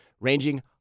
ranging